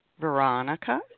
Veronica